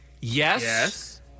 Yes